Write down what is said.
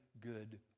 good